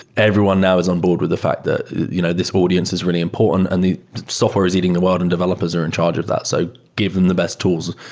everyone now is onboard with the fact that you know this audience is really important and the software is eating the world and developers are in charge of that. so give them the best tools.